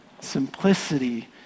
simplicity